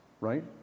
right